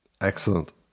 Excellent